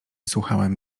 słuchałem